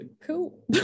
Cool